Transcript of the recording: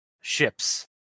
ships